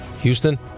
Houston